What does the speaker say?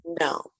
No